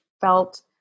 felt